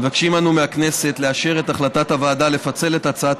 מבקשים אנו מהכנסת לאשר את החלטת הוועדה לפצל את הצעת